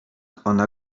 ona